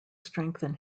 strengthen